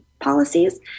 policies